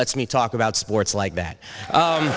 lets me talk about sports like that